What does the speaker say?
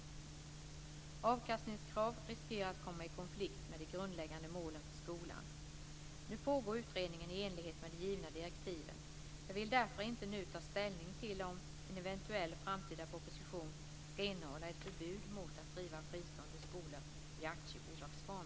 Avkastningskrav riskerar att komma i konflikt med de grundläggande målen för skolan. Nu pågår utredningen i enlighet med de givna direktiven. Jag vill därför inte nu ta ställning till om en eventuell framtida proposition ska innehålla ett förbud mot att driva fristående skolor i aktiebolagsform.